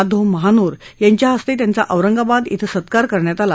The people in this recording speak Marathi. धो महानोर यांच्या हस्ते त्यांचा औरंगाबाद इथं सत्कार करण्यात आला